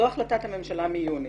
זו החלטת הממשלה מיוני.